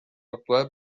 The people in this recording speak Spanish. actual